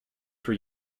for